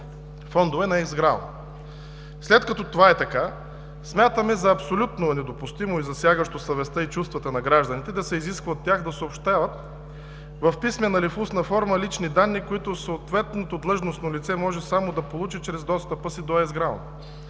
След като това е така, смятаме за абсолютно недопустимо и засягащо съвестта и чувствата на гражданите да се изисква от тях да съобщават в писмена или устна форма лични данни, които съответното длъжностно лице може самό да получи чрез достъпа си до ЕСГРАОН